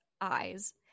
eyes